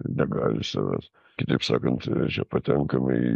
negali savęs kitaip sakant čia patenkame į